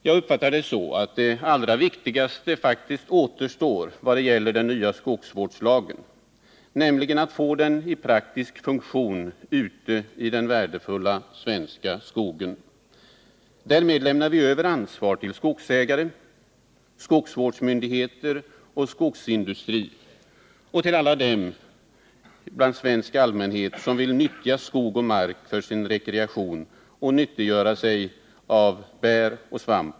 Jag uppfattar det så, att det allra viktigaste faktiskt återstår i vad gäller den nya skogsvårdslagen, nämligen att få den i praktisk funktion ute i den värdefulla svenska skogen. Därmed lämnar vi över ansvar till skogsägare, skogsvårdsmyndigheter, skogsindustri och till alla svenskar som vill nyttja skog och mark för sin rekreation och nyttiggöra sig bär och svamp.